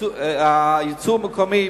אבל הייצור המקומי,